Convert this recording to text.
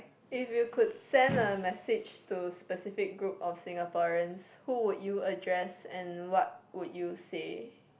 if you could send a message to specific group of Singaporeans who would you address and what would you say